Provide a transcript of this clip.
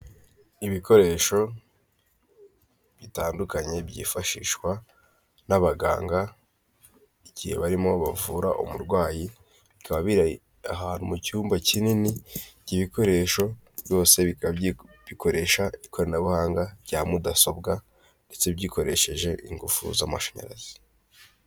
Ibikoresho bitandukanye byifashishwa n'abaganga igihe barimo bavura umurwayi, bikaba biri ahantu mu cyumba kinini cy'ibikoresho. Byose bika bikoresha ikoranabuhanga rya mudasobwa, ndetse bikoresheje ingufu z'amashanyarazi.